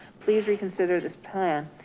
please reconsider this plan.